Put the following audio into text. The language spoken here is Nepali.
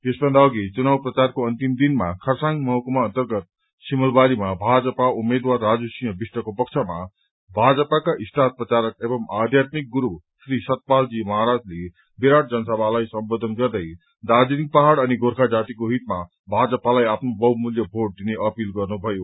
यसभन्दा अघि चुनाव प्रचारको अन्तिम दिनमा खरसाङ महकुमा अन्तर्गत सिमलबारीमा भाजपा उम्मेद्वार राजुसिंह विष्टको पक्षमा भाजपाका स्टर प्रचारक एवं आध्यात्मिक शुरू श्री सतपालजी महाराजले विराट जनसभालाई सम्बोधन गर्दै दार्जीलिङ पहाड़ अनि गोर्खा जातिको हितमा भाजपालाई आफ्नो बहुमूल्य भोट दिने अपील गर्नुभयो